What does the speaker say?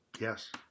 Yes